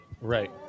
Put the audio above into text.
right